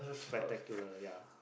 spectacular ya